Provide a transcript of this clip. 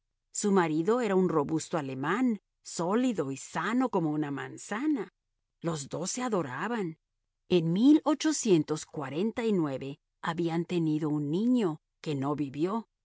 su marido era un robusto alemán sólido y sano como una manzana los dos se adoraban en habían tenido un niño que no vivió